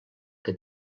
que